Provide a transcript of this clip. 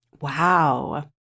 Wow